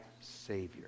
Savior